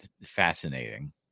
fascinating